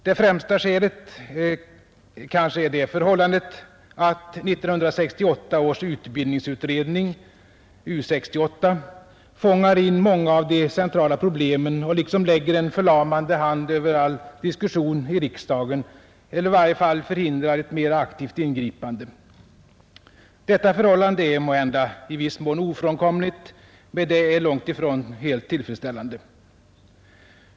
Det främsta skälet kanske är det förhållandet att 1968 års utbildningsutredning, U 68, fångar in många av de centrala problemen och liksom lägger en förlamande hand över all diskussion i riksdagen, eller i varje fall förhindrar ett mera aktivt ingripande. Detta förhållande är måhända i viss mån ofrånkomligt, men det är långtifrån helt tillfredsställande.